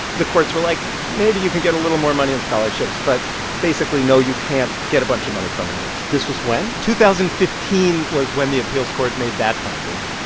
the courts were like, maybe you can get a little more money in scholarships, but basically, no, you can't get a bunch of money from endorsements this was when? two thousand and fifteen was when the appeals court made that finding.